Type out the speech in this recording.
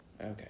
Okay